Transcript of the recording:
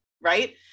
right